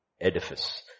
edifice